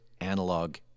analog